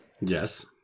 Yes